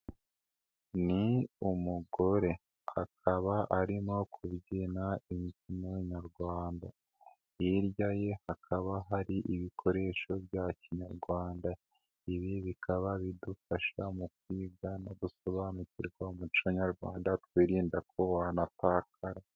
Ni umugore, akaba arimo kubyina imbyino nyarwanda, hirya ye hakaba hari ibikoresho bya kinyarwanda, ibi bikaba bidufasha mu kwiga no gusobanukirwa umuco nyarwanda twirinda ko wanatakara.